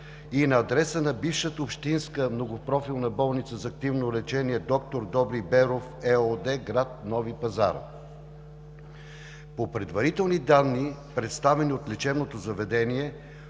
и на адреса на бившата общинска „Многопрофилна болница за активно лечение доктор Добри Беров“ ЕООД – град Нови пазар. По предварителни данни, представени от лечебното заведение,